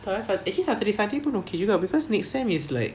entah ah actually saturday sunday pun okay juga because next sem is like